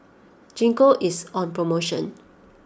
Gingko is on promotion